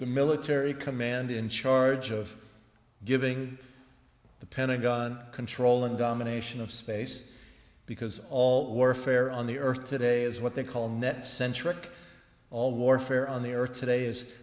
the military command in charge of giving the pentagon control and domination of space because all warfare on the earth today is what they call net centric all warfare on the earth today is